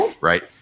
Right